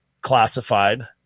classified